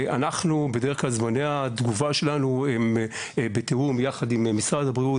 בדרך כלל זמני התגובה שלנו הם בתיאום יחד עם משרד הבריאות,